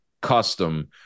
custom